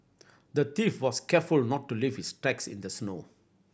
the thief was careful to not leave his tracks in the snow